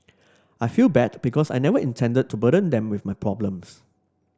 I feel bad because I never intended to burden them with my problems